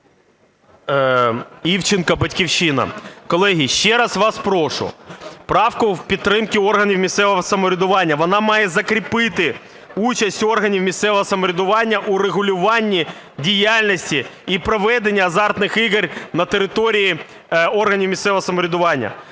ІВЧЕНКО В.Є. Івченко, "Батьківщина". Колеги, ще раз вас прошу, правку в підтримку органів місцевого самоврядування, вона має закріпити участь органів місцевого самоврядування у регулюванні діяльності і проведення азартних ігор на території органів місцевого самоврядування.